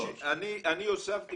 אני הוספתי